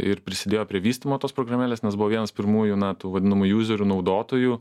ir prisidėjo prie vystymo tos programėlės nes buvo vienas pirmųjų na tų vadinamų jūzerių naudotojų